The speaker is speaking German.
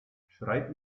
schreib